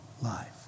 life